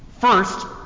First